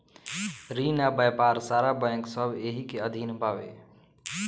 रिन आ व्यापार सारा बैंक सब एही के अधीन बावे